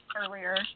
earlier